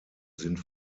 sind